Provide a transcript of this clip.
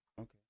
Okay